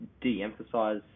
de-emphasize